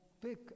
pick